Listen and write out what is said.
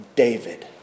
David